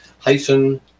hyphen